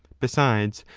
besides,